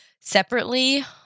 separately